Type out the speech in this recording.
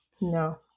No